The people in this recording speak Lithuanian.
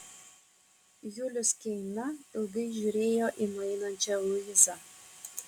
julius keina ilgai žiūrėjo į nueinančią luizą